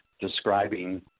describing